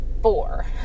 four